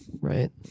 right